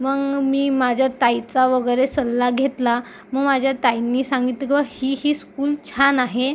मग मी माझ्या ताईचा वगैरे सल्ला घेतला मग माझ्या ताईंनी सांगितगं ही ही स्कूल छान आहे